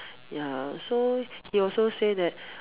ya so he also say that